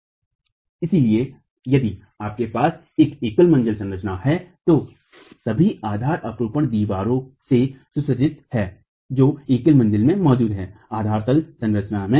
इसलिए यदि आपके पास एक एकल मंजिला संरचना है तो सभी आधार अपरूपण दीवारों से सुसज्जित हैं जो एकल मंजिला में मौजूद हैं आधार तल संरचना में